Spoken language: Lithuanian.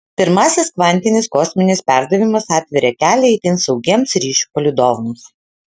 pirmasis kvantinis kosminis perdavimas atveria kelią itin saugiems ryšių palydovams